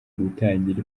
gutangira